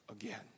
again